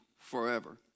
forever